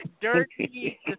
dirty